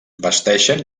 vesteixen